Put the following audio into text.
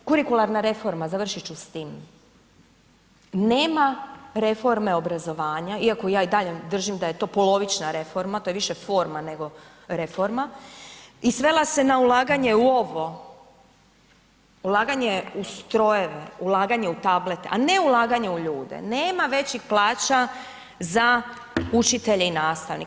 Kurikularna reforma, završit ću s tim, nema reforme obrazovanja, iako ja i dalje držim da je to polovična reforma to je više forma nego reforma i svela se na ulaganje u ovo, ulaganje u strojeve, ulaganje u tablete, a ne ulaganje u ljude, nema većih plaća za učitelje i nastavnike.